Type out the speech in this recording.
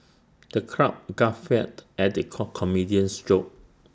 the crowd guffawed at the coke comedian's jokes